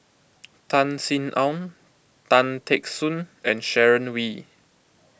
Tan Sin Aun Tan Teck Soon and Sharon Wee